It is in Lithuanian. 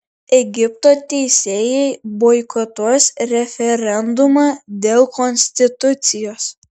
egipto teisėjai boikotuos referendumą dėl konstitucijos